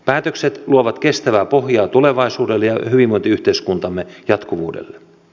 päätökset luovat kestävää pohjaa tulevaisuudelle ja hyvinvointiyhteiskuntamme jatkuvuudelle